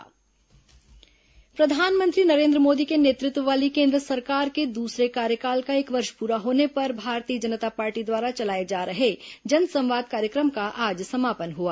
Bhajpa video conferencing सभा प्रधानमंत्री नरेन्द्र मोदी के नेतृत्व वाली केन्द्र सरकार के दूसरे कार्यकाल का एक वर्ष पूरा होने पर भारतीय जनता पार्टी द्वारा चलाए जा रहे जनसंवाद कार्यक्रम का आज समापन हुआ